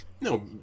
no